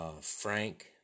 Frank